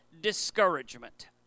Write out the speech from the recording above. discouragement